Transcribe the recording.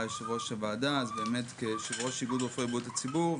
כיושב ראש איגוד רופאי בריאות הציבור,